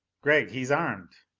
gregg, he's armed!